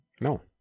no